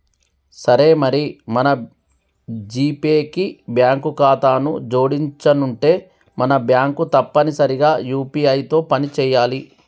సరే మరి మన జీపే కి బ్యాంకు ఖాతాను జోడించనుంటే మన బ్యాంకు తప్పనిసరిగా యూ.పీ.ఐ తో పని చేయాలి